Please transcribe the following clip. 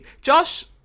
Josh